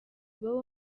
will